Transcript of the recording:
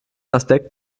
aspekt